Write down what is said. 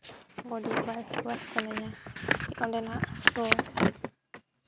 ᱵᱚᱰᱤ ᱚᱣᱟᱥ ᱥᱟᱱᱟᱧᱟ ᱚᱸᱰᱮᱱᱟᱜ ᱥᱚ